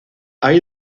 hay